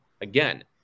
Again